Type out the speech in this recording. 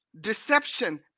deception